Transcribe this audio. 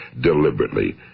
deliberately